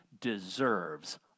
deserves